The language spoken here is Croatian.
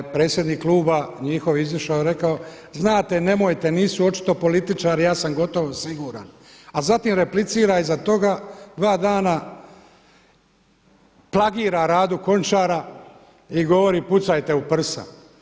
Pa je predsjednik kluba njihov izišao i rekao, znate, nemojte nisu očito političari, ja sam gotovo siguran a zatim replicira iza toga dva dana plagira Radu Končara i govori pucajte u prsa.